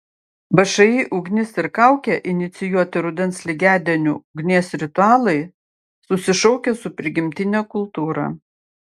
všį ugnis ir kaukė inicijuoti rudens lygiadienių ugnies ritualai susišaukia su prigimtine kultūra